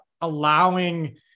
allowing